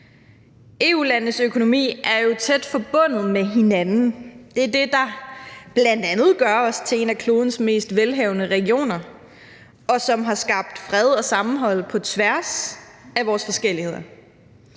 EU-landenes økonomi er jo tæt forbundet med hinanden, og det er bl.a. det, der gør os til en af klodens mest velhavende regioner, og som har skabt fred og sammenhold på tværs af vores forskelligheder.